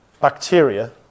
bacteria